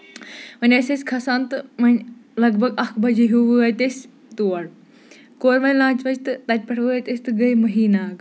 وُنہِ ٲسۍ أسۍ کھسان تہٕ وۄنۍ لگ بگ اکھ بَجے ہیوٗ وٲتۍ أسۍ تور کور وَنۍ لنچ ونٛچ تہٕ تَتہِ پٮ۪ٹھ وٲتۍ أسۍ تہٕ گے مہی ناگ